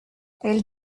elle